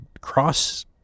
cross